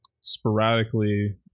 sporadically